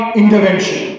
intervention